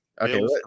Okay